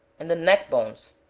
and the neck bones,